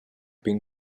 been